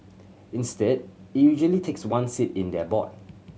instead it usually takes one seat in their board